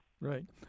Right